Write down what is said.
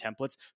templates